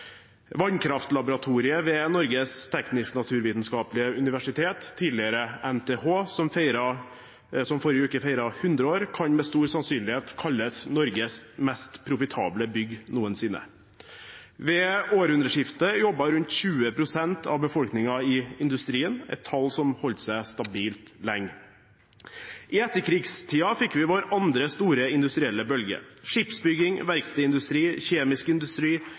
Vannkraftlaboratoriet ved Norges teknisk-naturvitenskapelige universitet, tidligere NTH, som forrige uke feiret 100 år, kan med stor sannsynlighet kalles Norges mest profitable bygg noensinne. Ved århundreskiftet jobbet rundt 20 pst. av befolkningen i industrien – et tall som holdt seg stabilt lenge. I etterkrigstiden fikk vi vår andre store industrielle bølge. Skipsbygging, verkstedindustri, kjemisk industri,